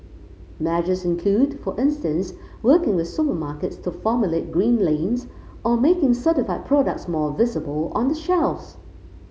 measures include for instance working with supermarkets to formulate green lanes or making certified products more visible on the shelves